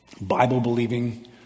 Bible-believing